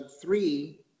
three